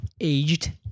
aged